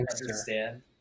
understand